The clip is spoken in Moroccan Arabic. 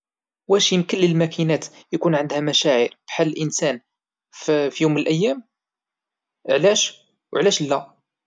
واش امكن للماكينات اكون عندها مشاعر فحال الانسان؟ علاش؟ وعلاش لا؟